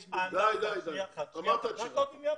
שטרן,